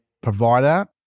provider